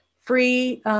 free